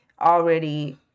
already